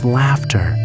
laughter